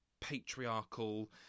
patriarchal